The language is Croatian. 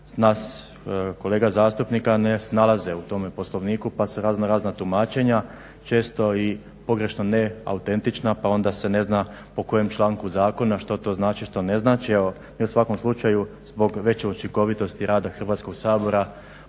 nas kolega zastupnika ne snalaze u tome poslovniku pa su raznorazna tumačenja, često pogrešno ne autentična pa onda se ne zna po kojem članku zakona što to znači što ne znači, a u svakom slučaju zbog veće učinkovitosti rada Hrvatskog sabora